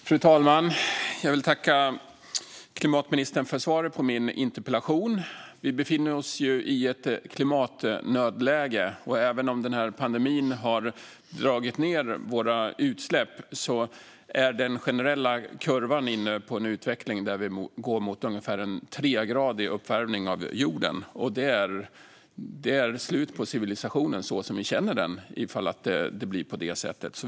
Fru talman! Jag tackar miljö och klimatministern för svaret på min interpellation. Vi befinner oss i ett klimatnödläge. Även om pandemin har dragit ned våra utsläpp visar den generella kurvan på en utveckling där vi går mot ungefär en 3-gradig uppvärmning av jorden. Det är slutet på civilisationen, så som vi känner den, om det blir på det sättet.